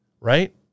right